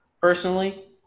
personally